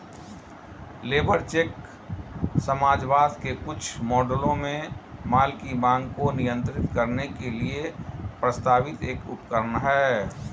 labour cheque समाजवाद के कुछ मॉडलों में माल की मांग को नियंत्रित करने के लिए प्रस्तावित एक उपकरण है